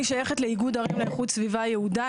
אני שייכת לאיגוד ערים ואיכות סביבה יהודה.